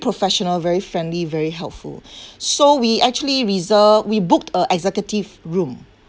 professional very friendly very helpful so we actually reserve we booked a executive room